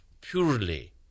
purely